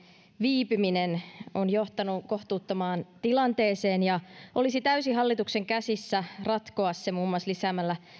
viipyminen on johtanut kohtuuttomaan tilanteeseen ja olisi täysin hallituksen käsissä ratkoa se muun muassa lisäämällä